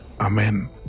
Amen